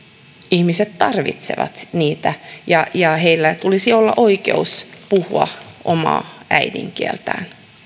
ihmiset tarvitsevat niitä ja ja heillä tulisi olla oikeus puhua omaa äidinkieltään